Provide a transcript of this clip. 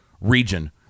region